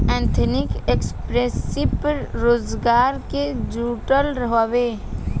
ethnic entrepreneurship स्वरोजगार से जुड़ल हवे